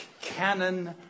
Canon